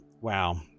wow